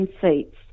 seats